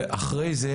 ושניים,